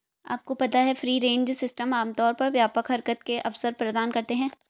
आपको पता है फ्री रेंज सिस्टम आमतौर पर व्यापक हरकत के अवसर प्रदान करते हैं?